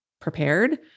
prepared